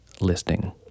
listing